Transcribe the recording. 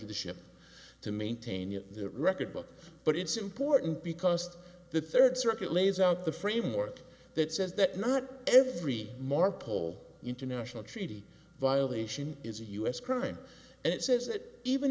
of the ship to maintain the record book but it's important because the third circuit lays out the framework that says that not every more pole international treaty violation is a u s crime and it says that even